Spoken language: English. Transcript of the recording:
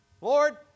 Lord